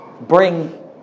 bring